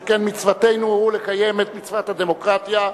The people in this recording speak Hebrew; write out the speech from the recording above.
שכן מצוותנו היא לקיים את מצוות הדמוקרטיה,